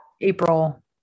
April